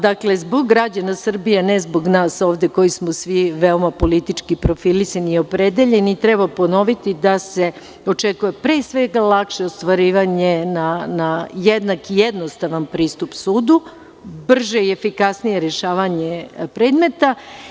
Dakle, zbog građana Srbije, ne zbog nas ovde koji smo svi veoma politički profilisani i opredeljeni, treba ponoviti da se očekuje pre svega lakše ostvarivanje na jednak i jednostavan pristup sudu, brže i efikasnije rešavanje predmeta.